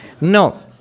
no